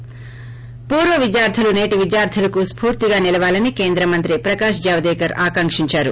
ి పూర్వవిద్యార్లు నేటి విద్యార్లులకు స్పూర్తిగా నిలవాలని కేంద్ర మంత్రి పకాష్ జవదేకర్ ఆకాంకించారు